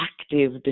active